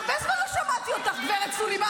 הרבה זמן לא שמעתי אותך, גב' סלימאן.